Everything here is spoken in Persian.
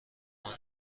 منو